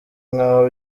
nk’aho